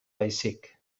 baizik